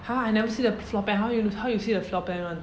!huh! I never see the floor plan how you how you see the floor plan [one]